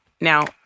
Now